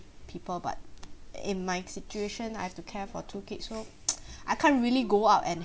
people but in my situation I have to care for two kids so I can't really go out and